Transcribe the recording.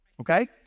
okay